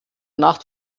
nacht